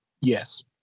Yes